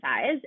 size